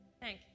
Thank